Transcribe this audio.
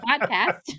podcast